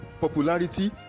popularity